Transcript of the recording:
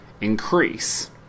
increase